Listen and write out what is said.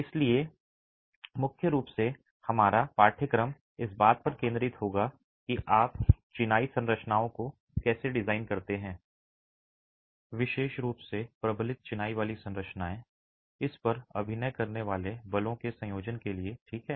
इसलिए मुख्य रूप से हमारा पाठ्यक्रम इस बात पर केंद्रित होगा कि आप चिनाई संरचनाओं को कैसे डिज़ाइन करते हैं विशेष रूप से प्रबलित चिनाई वाली संरचनाएं इस पर अभिनय करने वाले बलों के संयोजन के लिए ठीक है